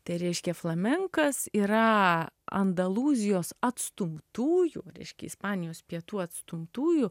tai reiškia flamenkas yra andalūzijos atstumtųjų reiškia ispanijos pietų atstumtųjų